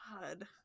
God